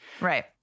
right